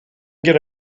get